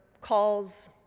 calls